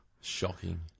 Shocking